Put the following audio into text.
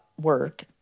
work